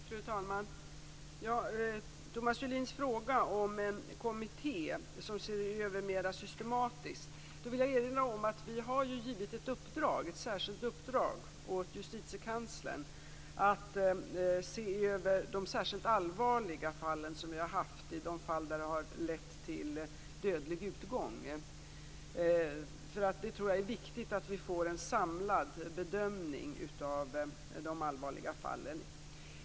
Fru talman! När det gäller Thomas Julins fråga om en kommitté för en mer systematisk översyn vill jag erinra om att vi har gett ett särskilt uppdrag åt Justitiekanslern att se över särskilt allvarliga fall som har lett till dödlig utgång. Det är viktigt att vi får en samlad bedömning av de allvarliga fallen.